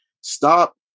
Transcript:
stop